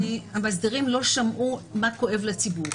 אבל המאסדרים לא שמעו מה כואב לציבור.